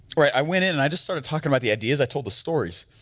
right, i went in and i just started talking about the ideas i told the stories,